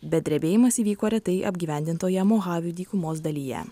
bet drebėjimas įvyko retai apgyvendintoje mohavių dykumos dalyje